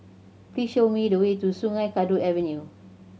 please show me the way to Sungei Kadut Avenue